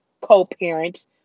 co-parent